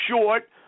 short